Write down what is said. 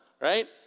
right